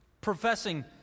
professing